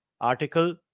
article